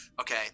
okay